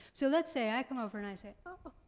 so let's say i come over and i say, oh,